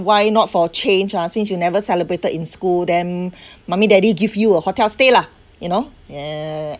why not for change ah since you never celebrated in school them mummy daddy give you a hotel stay lah you know ah